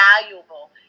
valuable